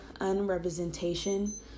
Unrepresentation